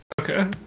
okay